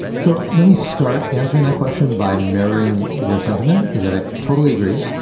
so let me start answering that question by mirroring your sentiment, is that i totally agree,